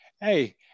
hey